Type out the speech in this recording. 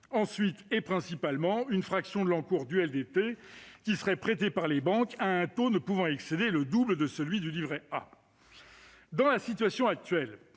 ensuite, et principalement, une fraction de l'encours du LDT qui serait prêtée par les banques à un taux ne pouvant excéder le double de celui du livret A. Dans la situation actuelle,